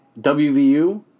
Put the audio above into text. WVU